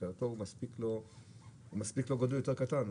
הוא מספיק לו גודל יותר קטן.